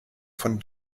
von